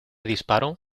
disparo